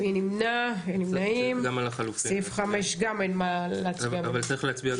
2 נמנעים, אין ההסתייגות נפלה.